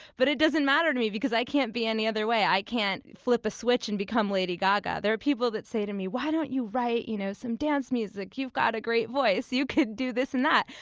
but it doesn't matter to me because i can't be any other way. i can't flip a switch and become lady gaga. there are people that say to me, why don't you write you know some dance music, you've got a great voice? you could do this and that.